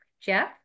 Jeff